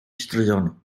straeon